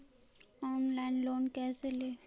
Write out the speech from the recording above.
Online loan कैसे ली?